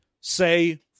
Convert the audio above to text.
say